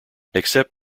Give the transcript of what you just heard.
except